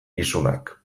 isunak